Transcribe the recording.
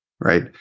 right